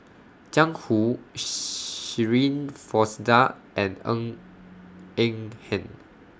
Jiang Hu Shirin Fozdar and Ng Eng Hen